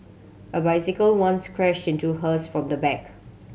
a bicycle once crashed into hers from the back